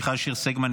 מיכל שיר סגמן,